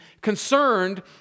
concerned